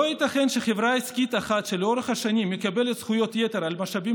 לא ייתכן שחברה עסקית אחת שלאורך השנים מקבלת זכויות יתר על המשאבים